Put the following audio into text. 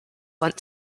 went